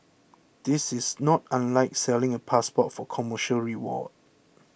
this is not unlike selling a passport for commercial reward